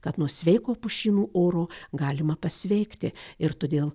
kad nuo sveiko pušynų oro galima pasveikti ir todėl